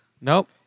Nope